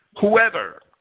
Whoever